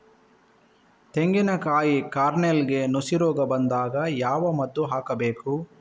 ತೆಂಗಿನ ಕಾಯಿ ಕಾರ್ನೆಲ್ಗೆ ನುಸಿ ರೋಗ ಬಂದಾಗ ಯಾವ ಮದ್ದು ಹಾಕಬೇಕು?